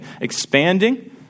expanding